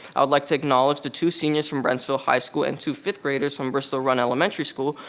i'd like to acknowledge the two seniors from brentsville high school and two fifth graders from bristow run elementary school,